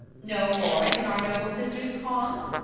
no more, and in our noble sister's cause?